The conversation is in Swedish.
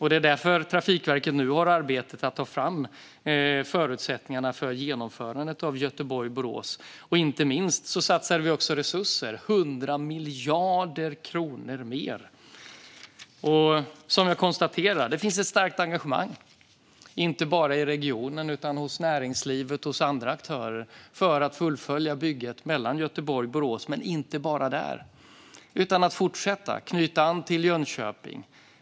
Det är därför Trafikverket nu har i arbete att ta fram underlag för förutsättningarna för genomförandet av Göteborg-Borås. Vi satsar också resurser - 100 miljarder mer. Jag konstaterar att det finns ett starkt engagemang, inte bara i regionen utan också hos näringslivet och andra aktörer, för att fullfölja bygget mellan Göteborg och Borås, men inte bara där. Det ska också fortsätta och knyta an till Jönköping.